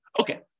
Okay